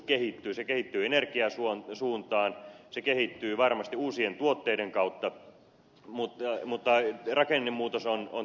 se kehittyy energian suuntaan se kehittyy varmasti uusien tuotteiden kautta mutta rakennemuutos on täysin väistämätön